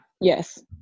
Yes